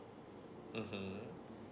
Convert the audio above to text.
mm